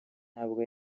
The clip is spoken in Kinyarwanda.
ntabwo